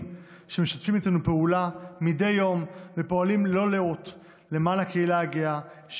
שמשתפים איתנו פעולה מדי יום ופועלים ללא לאות למען הקהילה הגאה,